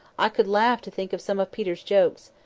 i could laugh to think of some of peter's jokes.